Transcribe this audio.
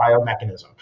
biomechanism